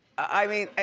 i mean,